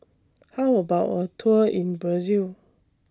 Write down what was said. How about A Tour in Brazil